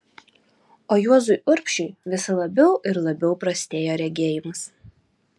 o juozui urbšiui vis labiau ir labiau prastėjo regėjimas